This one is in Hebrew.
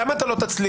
למה אתה לא תצליב?